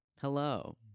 Hello